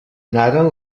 anaren